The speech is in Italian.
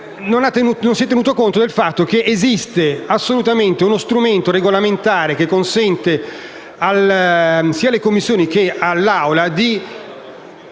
Non si è tenuto conto del fatto che esiste uno strumento regolamentare che consente, sia alle Commissioni che all'Assemblea,